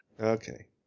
Okay